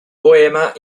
poema